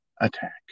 attack